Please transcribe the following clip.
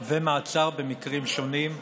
ומעצר במקרים שונים.